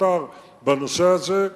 הקטר בנושא הזה.